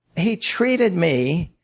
he treated me,